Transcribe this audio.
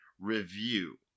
review